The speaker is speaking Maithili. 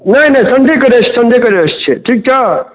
नहि नहि सन्डेके रेस्ट सन्डेके रेस्ट छै ठिक छौ